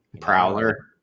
Prowler